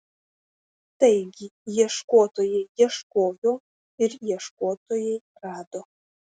taigi ieškotojai ieškojo ir ieškotojai rado